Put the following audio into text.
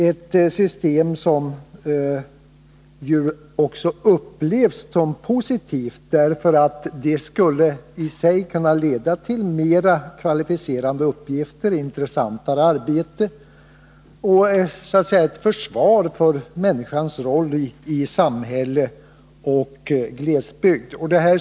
BAMSE-systemet upplevs ju också som positivt därför att det i sig skulle kunna leda till mera kvalificerade uppgifter och intressantare arbete och så att säga utgöra ett försvar för människans roll i samhälle och glesbygd.